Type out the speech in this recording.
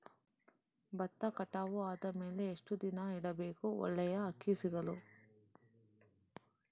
ಭತ್ತ ಕಟಾವು ಆದಮೇಲೆ ಎಷ್ಟು ದಿನ ಇಡಬೇಕು ಒಳ್ಳೆಯ ಅಕ್ಕಿ ಸಿಗಲು?